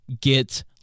get